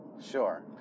Sure